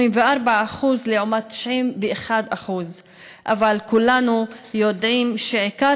84% לעומת 91% אבל כולנו יודעים שעיקר